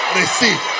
receive